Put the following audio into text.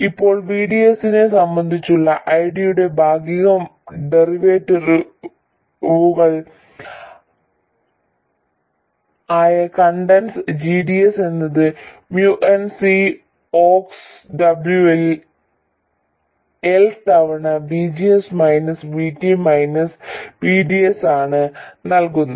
ഇപ്പോൾ VDS നെ സംബന്ധിച്ചുള്ള ID യുടെ ഭാഗിക ഡെറിവേറ്റീവുകൾ ആയ കണ്ടക്ടൻസ് gds എന്നത് mu n C ox W ൽ L തവണ VGS minus VT minus VDS ആണ് നൽകുന്നത്